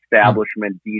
establishment